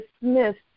dismissed